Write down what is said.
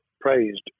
praised